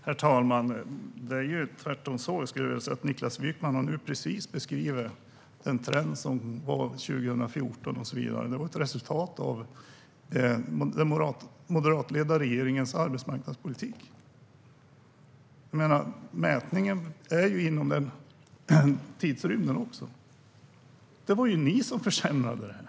Herr talman! Det är tvärtom så, skulle jag vilja säga, att Niklas Wykman nu precis har beskrivit den trend som var 2014 och så vidare. Det var ett resultat av den moderatledda regeringens arbetsmarknadspolitik. Mätningen är ju inom den tidsrymden. Det var ni som försämrade det här.